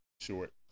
Short